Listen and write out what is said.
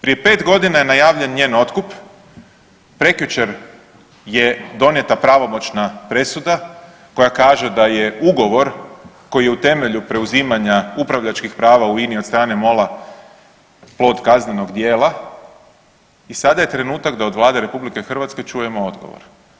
Prije 5 godina je najavljen njen otkup, prekjučer je donijeta pravomoćna presuda koja kaže da je ugovor koji je u temelju preuzimanja upravljačkih prava u INI od strane MOL-a plod kaznenog dijela i sada je trenutak da od Vlade RH čujemo odgovor.